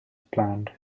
planned